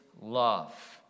love